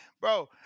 bro